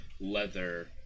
leather